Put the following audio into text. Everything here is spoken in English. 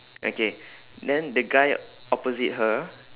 okay then the guy opposite her